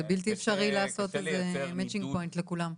זה בלתי אפשרי לעשות איזה matching point לכולם.